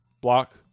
block